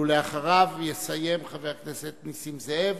ואחריו, יסיים חבר הכנסת נסים זאב,